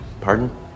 Pardon